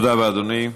תודה רבה, אדוני.